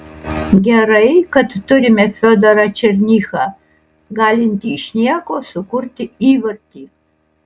gerai kad turime fiodorą černychą galintį iš nieko sukurti įvartį